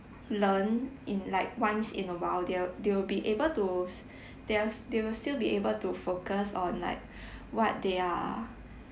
learn in like once in a while they'll they will be able to s~ they they will still be able to focus on like what they are